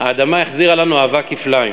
האדמה החזירה לנו אהבה כפליים